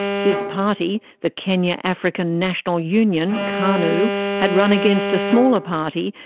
his party, the kenya african national union kanu had run against a smaller party,